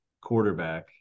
quarterback